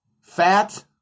fat